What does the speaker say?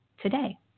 today